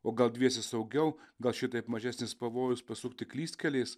o gal dviese saugiau gal šitaip mažesnis pavojus pasukti klystkeliais